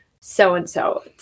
so-and-so